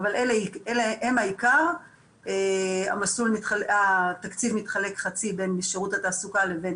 מה שבעיקר הושקע שם זה שיש להם מסלולי תעסוקה ברשות